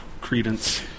Credence